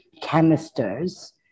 canisters